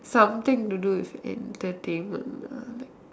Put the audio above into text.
something to do with entertainment lah like